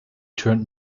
turned